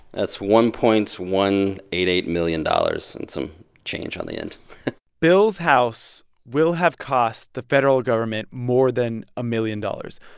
that's one point one eight eight million dollars and some change on the end bill's house will have cost the federal government more than a million dollars.